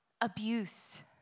abuse